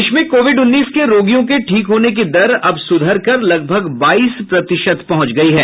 देश में कोविड उन्नीस के रोगियों के ठीक होने की दर अब सुधरकर लगभग बाईस प्रतिशत पहुंच गई है